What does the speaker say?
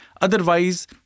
Otherwise